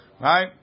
Right